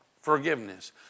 forgiveness